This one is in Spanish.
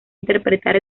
interpretar